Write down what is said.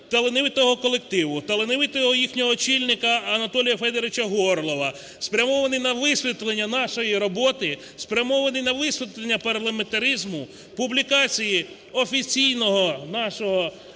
талановитого колективу, талановитого їхнього очільника Анатолія Федоровича Горлова спрямовані на висвітлення нашої роботи, спрямовані на висвітлення парламентаризму, публікації офіційної нашої роботи